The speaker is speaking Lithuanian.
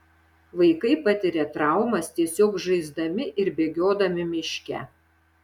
vaikai patiria traumas tiesiog žaisdami ir bėgiodami miške